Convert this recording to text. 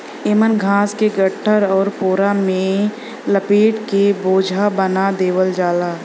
एमन घास के गट्ठर आउर पोरा में लपेट के बोझा बना देवल जाला